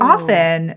Often